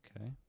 okay